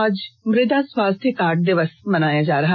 आज मृदा स्वास्थ्य कार्ड दिवस मनाया जाएगा